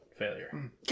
failure